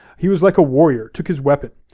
he was like a warrior. took his weapon.